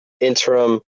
interim